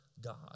God